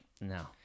no